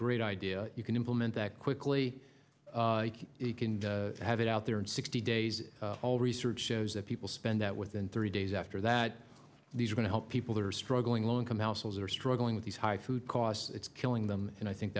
great idea you can implement that quickly you can have it out there in sixty days all research shows that people spend that within three days after that these are going to help people who are struggling low income households are struggling with these high food costs it's killing them and i think